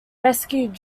rescued